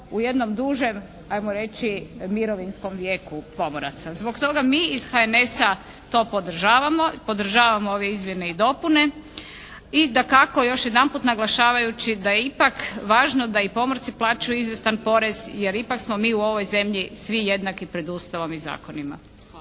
u jednom dužem, ajmo reći, mirovinskom vijeku pomoraca. Zbog toga mi iz HNS-a to podržavamo, podržavamo ove izmjene i dopune i dakako još jedanput naglašavajući da je ipak važno da i pomorci plaćaju izvjestan porez jer ipak smo mi u ovoj zemlji svi jednaki pred Ustavom i zakonima.